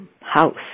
house